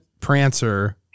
Prancer